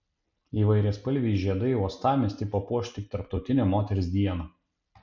įvairiaspalviai žiedai uostamiestį papuoš tik tarptautinę moters dieną